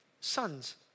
son's